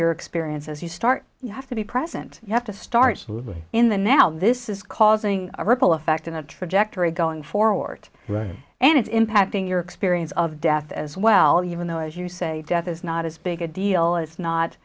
your experience as you start you have to be present you have to start living in the now this is causing a ripple effect in the trajectory going forward and it's impacting your experience of death as well even though as you say death is not as big a deal as not